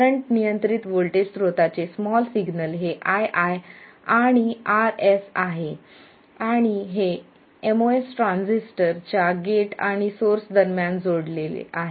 current नियंत्रित voltage स्त्रोताचे small signal हे ii आणि Rs आहे आणि हे एमओएस ट्रान्झिस्टर च्या गेट आणि सोर्स दरम्यान जोडलेले आहे